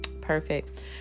Perfect